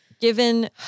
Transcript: given